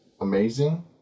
amazing